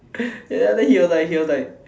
and then after that he was like he was like